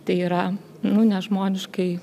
tai yra nu nežmoniškai